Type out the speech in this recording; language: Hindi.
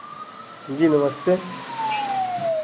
जी नमस्ते